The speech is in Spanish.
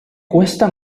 cuesta